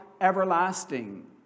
everlasting